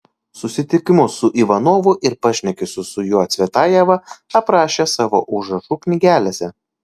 susitikimus su ivanovu ir pašnekesius su juo cvetajeva aprašė savo užrašų knygelėse